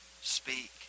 Speak